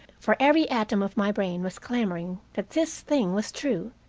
for every atom of my brain was clamoring that this thing was true,